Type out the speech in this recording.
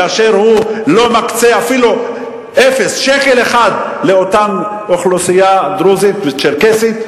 כאשר הוא לא מקצה אפילו שקל אחד לאותה אוכלוסייה דרוזית וצ'רקסית,